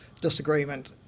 disagreement